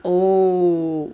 oh